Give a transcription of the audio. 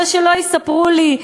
אבל שלא יספרו לי,